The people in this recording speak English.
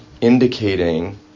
indicating